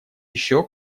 еще